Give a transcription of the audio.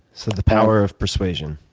so the power of persuasion.